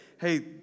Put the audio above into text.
hey